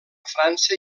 frança